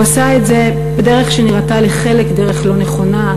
הוא עשה את זה בדרך שנראתה לחלק דרך לא נכונה,